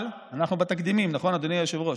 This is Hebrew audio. אבל, אנחנו בתקדימים, נכון אדוני היושב-ראש?